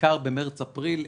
בעיקר במרץ-אפריל,